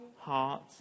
heart